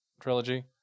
trilogy